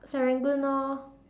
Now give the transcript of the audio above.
Serangoon orh